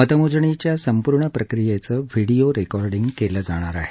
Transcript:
मतमोजणीच्या संपूर्ण प्रक्रियेचं व्हिडीओ रेकॉर्डिंग केलं जाणार आहे